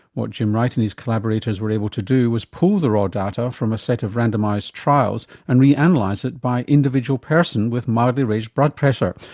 what jim wright and his collaborators were able to do was pull the raw data from a set of randomised trials and reanalyse it by individual person with mildly raised blood pressure,